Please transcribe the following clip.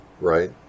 Right